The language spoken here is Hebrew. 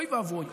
אוי ואבוי,